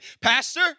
pastor